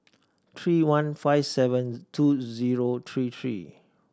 three one five seven two zero three three